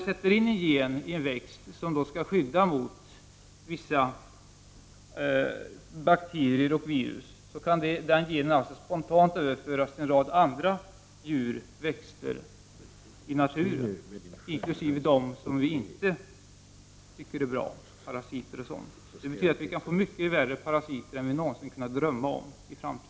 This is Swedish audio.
Sätter man in en gen i en växt som skall skydda mot vissa bakterier och virus, kan den genen spontant överföras till en rad djur och växter i naturen, inkl. till parasiter o.d. Det betyder att vi i framtiden kan få mycket värre parasiter än vad vi någonsin har kunnat drömma om.